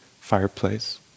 fireplace